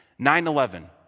9/11